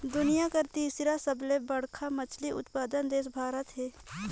दुनिया कर तीसर सबले बड़खा मछली उत्पादक देश भारत हे